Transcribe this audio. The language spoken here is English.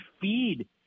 feed